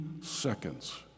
seconds